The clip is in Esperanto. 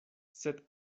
sed